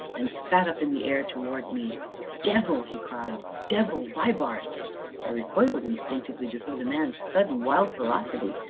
and spat up in the air towards me devil! he cried, devil vibart i recoiled instinctively before the man's sudden, wild ferocity,